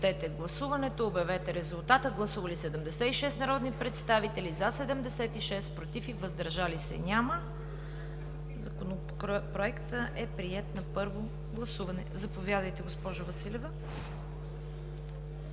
на гласуване. Гласували 76 народни представители: за 76, против и въздържали се няма. Законопроектът е приет на първо гласуване. Заповядайте, госпожо Василева.